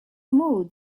mood